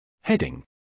Heading